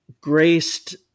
graced